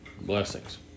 blessings